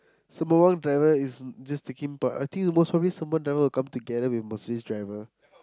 Sembawang driver is just taking bus I think the most probably Sembawang driver will come together with Mercedes driver